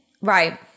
Right